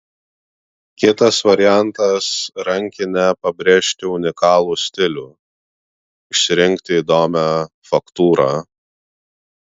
kitas variantas rankine pabrėžti unikalų stilių išsirinkti įdomią faktūrą